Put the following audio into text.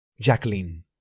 Jacqueline